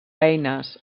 eines